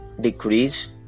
decrease